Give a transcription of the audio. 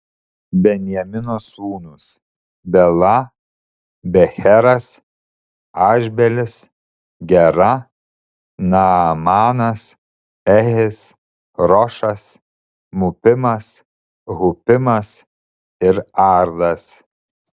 benjamino sūnūs bela becheras ašbelis gera naamanas ehis rošas mupimas hupimas ir ardas